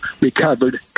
recovered